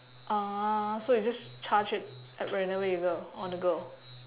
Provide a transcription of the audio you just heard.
uh so you just charge it at wherever you go on the go